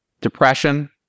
depression